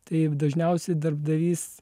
taip dažniausiai darbdavys